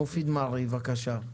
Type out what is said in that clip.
מופיד מרעי, בבקשה.